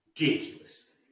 ridiculous